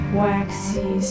waxy